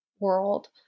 world